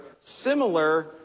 similar